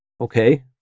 Okay